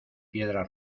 piedra